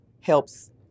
helps